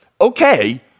okay